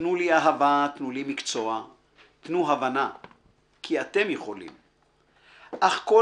תנו לי אהבה / תנו לי מקצוע / תנו הבנה / כי אתם יכולים // אך כל